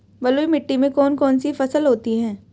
बलुई मिट्टी में कौन कौन सी फसल होती हैं?